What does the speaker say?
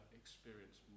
experience